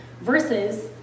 Versus